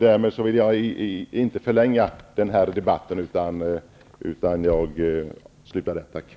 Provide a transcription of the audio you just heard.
Därmed vill jag inte förlänga debatten, utan jag slutar med detta. Tack!